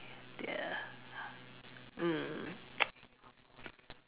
mm